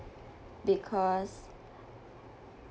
because